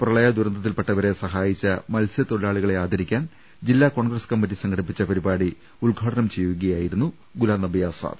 പ്രളയ ദുരന്തത്തിൽപ്പെട്ടവരെ സഹായിച്ച മത്സ്യത്തൊഴിലാളി കളെ ആദരിക്കാൻ ജില്ലാകോൺഗ്രസ് കമ്മറ്റി സംഘടി പ്പിച്ച പരിപാടി ഉദ്ഘാടനം ചെയ്യുകയായിരുന്നു ഗുലാം നബി ആസാദ്